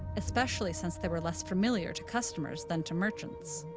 especially since they were less familiar to customers than to merchants.